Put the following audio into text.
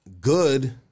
good